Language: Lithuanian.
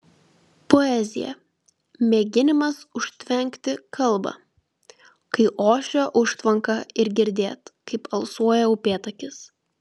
poezija mėginimas užtvenkti kalbą kai ošia užtvanka ir girdėt kaip alsuoja upėtakis